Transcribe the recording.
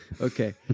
Okay